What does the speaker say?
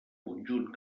conjunt